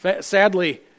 Sadly